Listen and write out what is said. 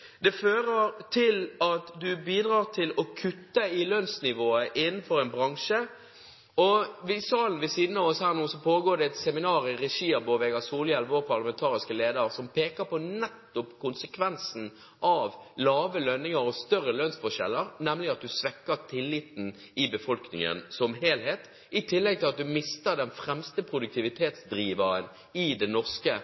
kutte i lønnsnivået innenfor en bransje. I salen ved siden av oss her nå pågår det et seminar i regi av Bård Vegar Solhjell, vår parlamentariske leder, som peker på nettopp konsekvensen av lave lønninger og større lønnsforskjeller, nemlig at man svekker tilliten i befolkningen som helhet, i tillegg til at man mister den fremste